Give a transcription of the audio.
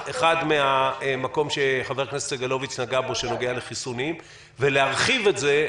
מן המקום שחבר הכנסת סגלוביץ' נגע בו שנוגע לחיסונים ולהרחיב את זה,